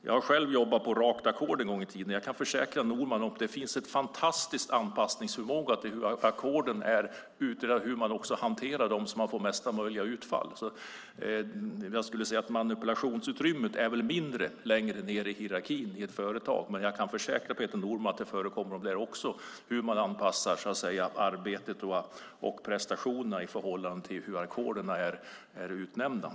Jag har själv jobbat på rakt ackord en gång i tiden. Jag kan försäkra Norman att det finns en fantastisk anpassningsförmåga till ackorden och hur man hanterar dem så att man får bästa möjliga utfall. Manipulationsutrymmet är väl längre ned i hierarkin i ett företag. Men jag kan försäkra Peter Norman att det förekommer där också att man anpassar arbetet och prestationerna i förhållande till hur de är utformade.